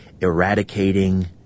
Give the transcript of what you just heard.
eradicating